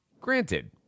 granted